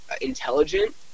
intelligent